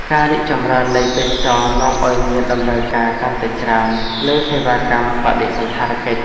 ការរីកចម្រើននៃទេសចរណ៍នាំឲ្យមានតម្រូវការកាន់តែច្រើនលើសេវាកម្មបដិសណ្ឋារកិច្ច។